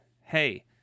Hey